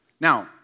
Now